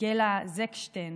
גלה זקשטיין,